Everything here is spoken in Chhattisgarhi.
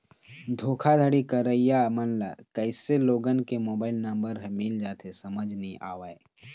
धोखाघड़ी करइया मन ल कइसे लोगन के मोबाईल नंबर ह मिल जाथे समझ नइ आवय